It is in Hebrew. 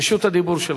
רשות הדיבור שלך.